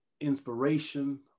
inspiration